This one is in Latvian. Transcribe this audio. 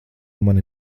mani